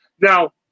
Now